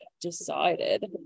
decided